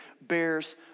bears